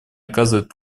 оказывать